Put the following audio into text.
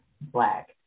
Black